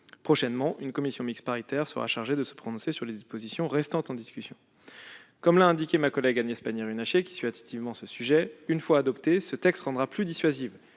Prochainement, une commission mixte paritaire sera chargée de se prononcer sur les dispositions restant en discussion. Comme l'a indiqué ma collègue Agnès Pannier-Runacher, qui suit attentivement ce dossier, une fois adopté, ce texte rendra plus dissuasives